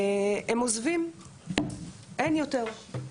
הם עוזבים, אין יותר.